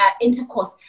intercourse